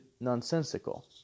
nonsensical